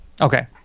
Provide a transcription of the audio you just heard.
Okay